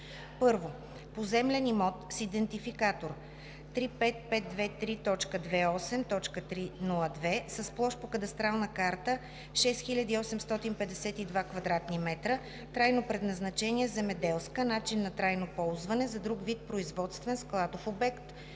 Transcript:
1. Поземлен имот с идентификатор 35523.28.302, с площ по кадастрална карта 6852 кв. м, трайно предназначение: земеделска, начин на трайно ползване: за друг вид производствен, складов обект,